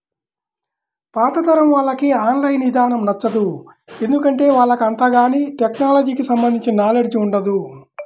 పాతతరం వాళ్లకి online ఇదానం నచ్చదు, ఎందుకంటే వాళ్లకు అంతగాని టెక్నలజీకి సంబంధించిన నాలెడ్జ్ ఉండదు